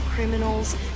criminals